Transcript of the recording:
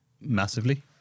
Massively